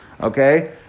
okay